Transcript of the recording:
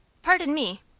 pardon me,